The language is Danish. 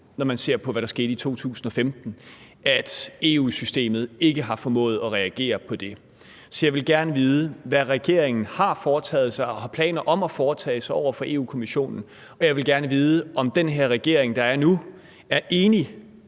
når man ser på, hvad der skete i 2015, at EU-systemet ikke har formået at reagere på det. Så jeg vil gerne vide, hvad regeringen har foretaget sig og har planer om at foretage sig over for Europa-Kommissionen, og jeg vil gerne vide, om den her regering, der er nu, er enig